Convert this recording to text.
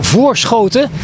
Voorschoten